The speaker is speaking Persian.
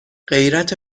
غیرت